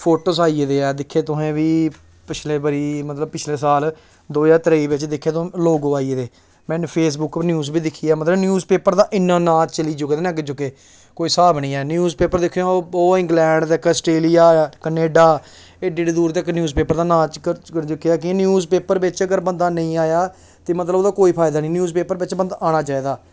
photos आई गेदे ऐ दिक्खे तुसें बी पिछले बारी मतलब पिछले साल दो ज्हार त्रेई बिच दिक्खेआ तुसें लोगो आई गेदे में नी फेसबुक उप्पर न्यूज़ बी दिक्खी ऐ मतलब न्यूज़ पेपर दा इ'न्ना नांऽ चली चुके दा अग्गें कोई स्हाब निं ऐ न्यूज़ पेपर दिक्खेओ ओह् इंग्लैंड तक ऑस्ट्रेलिया कनैडा एड्डे एड्डे दूर तक न्यूज़ पेपर दा नांऽ दिक्खेआ जे न्यूज़ पेपर बिच अगर बंदा नेईं आया ते मतलब ओह्दा कोई फायदा निं न्यूज़ उप्पर बिच बंदा आना चाहिदा